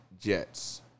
jets